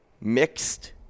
mixed